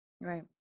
Right